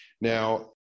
Now